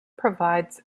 provides